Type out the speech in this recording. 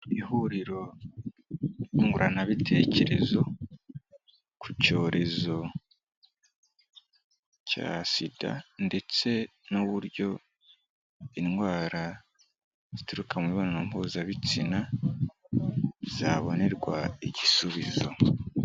Ihuriro nyunguranabitekerezo ku cyorezo cya SIDA ndetse n'uryo indwara zituruka mu mibonano mpuzabitsina zabonerwa igisubizo.